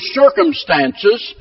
circumstances